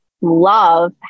love